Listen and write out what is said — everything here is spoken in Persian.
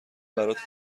برات